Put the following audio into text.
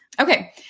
Okay